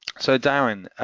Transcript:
so darrin,